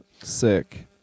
Sick